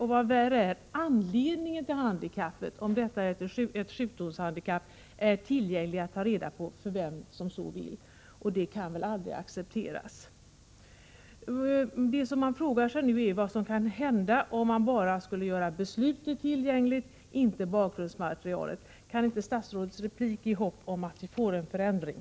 Och vad värre är: Uppgifter om anledningen till handikappet, om detta är ett sjukdomshandikapp, är tillgängliga för vem som helst. Detta kan aldrig accepteras. Man frågar sig nu vad som kan hända om man skulle göra endast slutet, inte bakgrundsmaterialet, tillgängligt. Skulle statsrådet i en replik kunna ge hopp om att det blir en förändring?